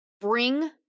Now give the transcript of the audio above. bring